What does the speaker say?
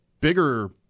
bigger